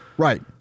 Right